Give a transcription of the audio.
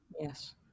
Yes